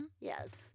Yes